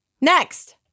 Next